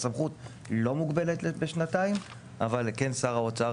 הסמכות לא מוגבלת לשנתיים אבל כן שר האוצר